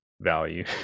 value